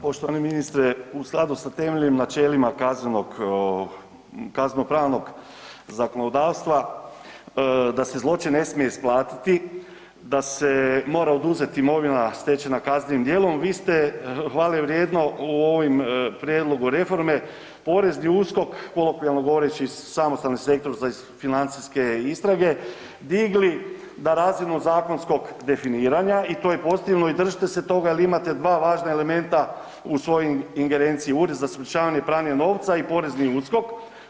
Poštovani ministre, u skladu s temeljnim načelima kaznenopravnog zakonodavstva, da se zločin ne smije isplatiti, da se mora oduzeti imovina stečena kaznenim dijelom, vi ste hvale vrijedno u ovom prijedlogu reforme, porezni USKOK, kolokvijalno govoreći, Samostalni sektor za financijske istrage, digli na razinu zakonskog definiranja i to je pozitivno i držite se toga jer imate dva važna elementa u svojim ingerenciji, Ured za sprječavanje pranja novca i porezni USKOK.